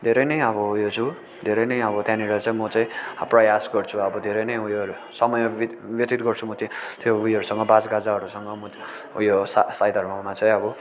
धेरै नै अब उयो छु धेरै नै अब त्यहाँनिर चाहिँ म चाहिँ प्रयास गर्छु अब धेरै नै उयो समय बित ब्यतित गर्छु म त्यहाँ त्यो उयोहरूसँग बाजगाजाहरूसँग म उयो सा साई धर्ममा चाहिँ अब